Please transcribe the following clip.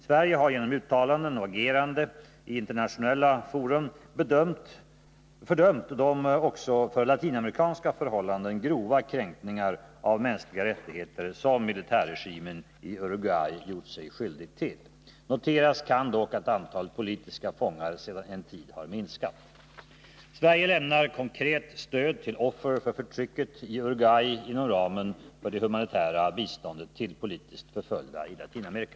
Sverige har genom uttalanden och agerande i internationella fora fördömt de också för latinamerikanska förhållanden grova kränkningar av mänskliga rättigheter som militärregimen i Uruguay gjort sig skyldig till. Noteras kan dock att antalet politiska fångar sedan en tid har minskat. Sverige lämnar konkret stöd till offer för förtrycket i Uruguay inom ramen för det humanitära biståndet till politiskt förföljda i Latinamerika.